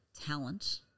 talent